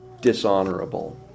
dishonorable